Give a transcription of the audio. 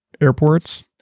airports